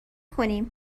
کنیم